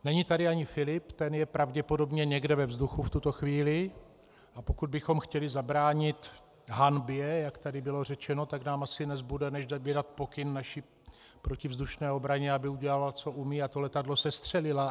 Není tady ani Filip, ten je pravděpodobně někde ve vzduchu v tuto chvíli, a pokud bychom chtěli zabránit hanbě, jak tady bylo řečeno, tak nám asi nezbude, než vydat pokyn naší protivzdušné obraně, aby udělala, co umí, a to letadlo sestřelila.